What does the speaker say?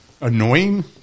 annoying